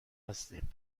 هستیم